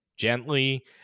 gently